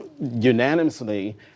unanimously